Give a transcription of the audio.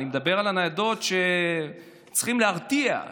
אני מדבר על הניידות שצריכות להרתיע.